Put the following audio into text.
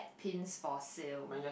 pins for sale